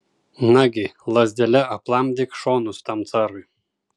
nagi lazdele aplamdyk šonus tam carui